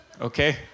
okay